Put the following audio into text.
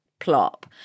plop